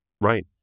Right